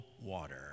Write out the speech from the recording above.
water